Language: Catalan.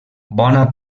bona